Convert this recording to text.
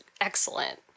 excellent